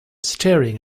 staring